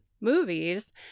movies